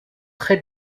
très